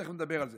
תכף נדבר על זה.